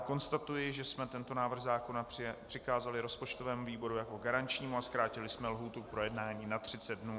Konstatuji, že jsme tento návrh zákona přikázali rozpočtovému výboru jako garančnímu a zkrátili jsme lhůtu k projednání na 30 dnů.